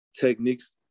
techniques